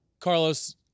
Carlos